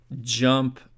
jump